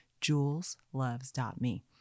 julesloves.me